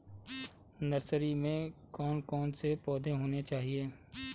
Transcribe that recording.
Nursery में कौन कौन से पौधे होने चाहिए?